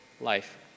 life